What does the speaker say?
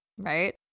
Right